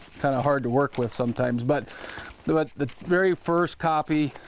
kinda hard to work with sometimes. but the but the very first copy,